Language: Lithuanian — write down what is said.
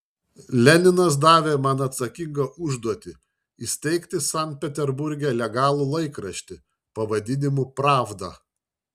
leninas davė man atsakingą užduotį įsteigti sankt peterburge legalų laikraštį pavadinimu pravda